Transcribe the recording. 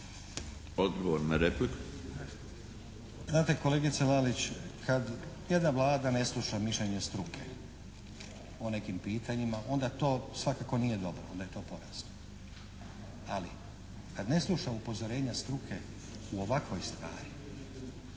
Odgovor na repliku.